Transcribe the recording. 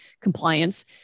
compliance